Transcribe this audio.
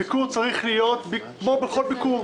הביקור צריך להיות כמו כל ביקור,